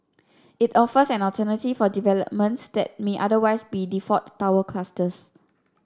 it offers an alternative for developments that might otherwise be default tower clusters